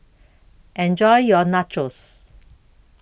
Enjoy your Nachos